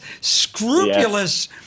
scrupulous